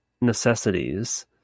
necessities